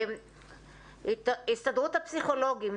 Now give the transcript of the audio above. הסתדרות הפסיכולוגית,